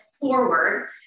forward